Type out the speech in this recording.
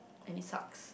and it sucks